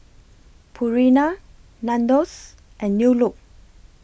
Purina Nandos and New Look